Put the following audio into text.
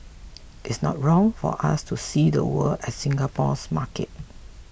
it's not wrong for us to see the world as Singapore's market